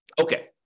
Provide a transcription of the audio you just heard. Okay